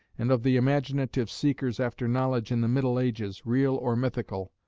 and of the imaginative seekers after knowledge in the middle ages, real or mythical,